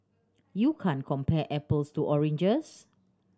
you can't compare apples to oranges